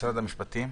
משרד המשפטים.